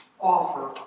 offer